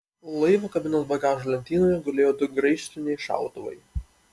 laivo kabinos bagažo lentynoje gulėjo du graižtviniai šautuvai